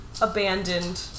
abandoned